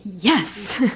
yes